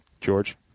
George